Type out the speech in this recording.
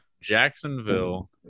Jacksonville